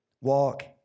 walk